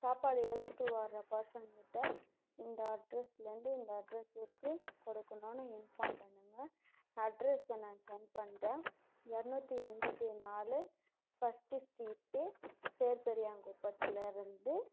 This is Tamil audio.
சாப்பாடு எடுத்துட்டு வர பர்சன் கிட்ட இந்த அட்ரஸ்ல இருந்து இந்த அட்ரஸ்க்கு கொடுக்குணுன்னு இன்ஃபார்ம் பண்ணுங்கள் அட்ரஸ்ஸை நான் சென்ட் பண்ணுறன் இரநூத்தி எண்பத்தி நாலு ஃபர்ஸ்ட் ஸ்ட்ரீட்டு பேர் பெரியாங்குப்பத்தில் இருந்து